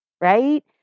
right